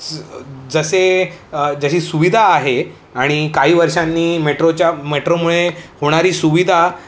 स् जसे जशी सुविधा आहे आणि काही वर्षांनी मेट्रोच्या मेट्रोमुळे होणारी सुविधा